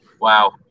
Wow